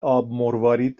آبمروارید